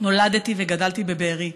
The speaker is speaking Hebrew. נולדתי וגדלתי בבארי.